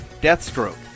Deathstroke